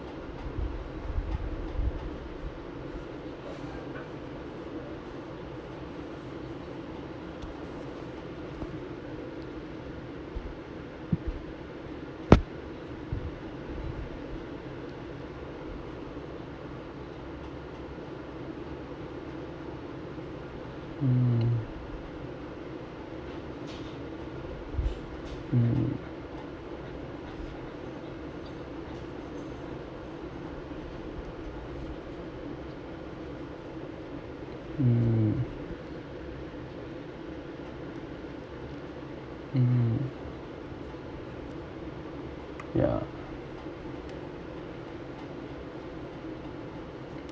hmm hmm hmm hmm yeah